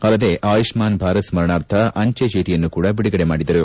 ಅಲ್ಲದೇ ಆಯುಷ್ನಾನ್ ಭಾರತ್ ಸ್ನರಣಾರ್ಥ ಅಂಚೆ ಚೀಟಿಯನ್ನು ಕೂಡಾ ಬಿಡುಗಡೆ ಮಾಡಿದರು